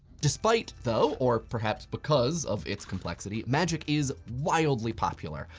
despite though, or perhaps because of its complexity, magic is wildly popular.